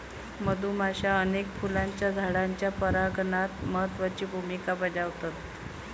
मधुमाश्या अनेक फुलांच्या झाडांच्या परागणात महत्त्वाची भुमिका बजावतत